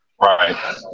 Right